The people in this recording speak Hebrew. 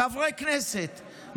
חברי כנסת,